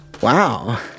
Wow